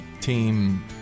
Team